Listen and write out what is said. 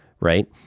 right